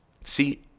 See